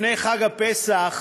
לפני חג הפסח